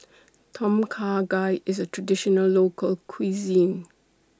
Tom Kha Gai IS A Traditional Local Cuisine